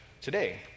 today